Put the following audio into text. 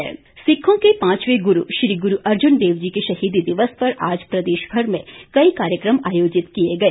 शहीदी दिवस सिखों के पांचवे गुरु श्री गुरु अर्जुन देव जी के शहीदी दिवस पर आज प्रदेश भर में कई कार्यक्रम आयोजित किए गए